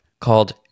called